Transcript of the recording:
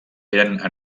eren